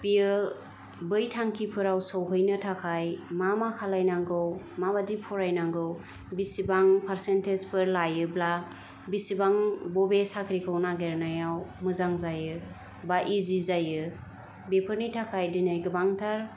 बियो बै थांखिफोराव सहैनो थाखाय मा मा खालायनांगौ माबादि फरायनांगौ बिसिबां पार्सेनटेजफोर लायोब्ला बिसिबां बबे साख्रिखौ नागिरनायाव मोजां जायो बा इजि जायो बेफोरनि थाखाय दिनै गोबांथार